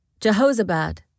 Jehozabad